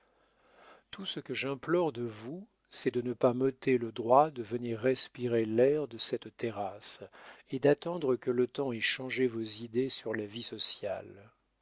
tout ce que j'implore de vous c'est de ne pas m'ôter le droit de venir respirer l'air de cette terrasse et d'attendre que le temps ait changé vos idées sur la vie sociale